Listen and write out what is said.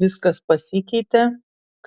viskas pasikeitė